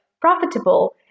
profitable